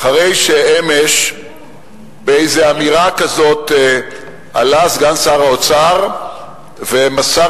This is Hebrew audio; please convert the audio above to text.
אחרי שאמש באיזו אמירה כזאת עלה סגן שר האוצר ומסר